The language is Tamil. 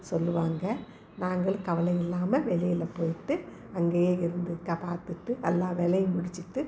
சொல்லுவாங்க நாங்களும் கவலை இல்லாமல் வெளியில் போயிட்டு அங்கேயே இருந்து க பார்த்துட்டு எல்லா வேலையும் முடிச்சுட்டு